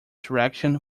direction